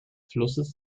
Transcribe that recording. flusses